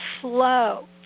flow